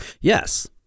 Yes